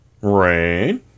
Rain